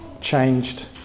changed